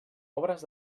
obres